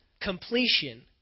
Completion